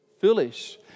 foolish